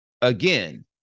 again